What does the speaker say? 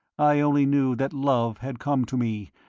i only knew that love had come to me,